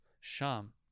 Sham